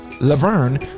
Laverne